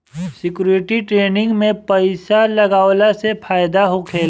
security trading में पइसा लगावला से फायदा होखेला